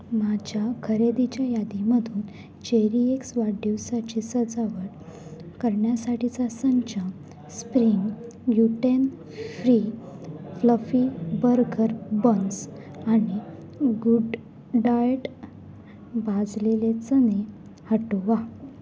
माझ्या खरेदीच्या यादीमधून चेरीएक्स वाढदिवसाची सजावट करण्यासाठीचा संच spring gluten free fluffy burger buns आणि गुड डाएट भाजलेले चणे हटवा